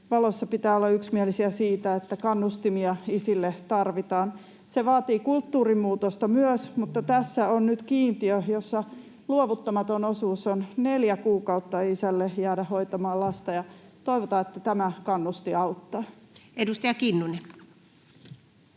salissa pitää olla yksimielisiä siitä, että kannustimia isille tarvitaan. Se vaatii kulttuurinmuutosta myös, mutta tässä on nyt kiintiö, jossa luovuttamaton osuus on neljä kuukautta isälle jäädä hoitamaan lasta, ja toivotaan, että tämä kannustin auttaa. [Speech